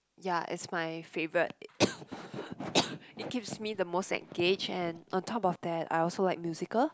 ya it's my favourite it keeps me the most engaged and on top of that I also like musical